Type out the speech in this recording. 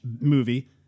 movie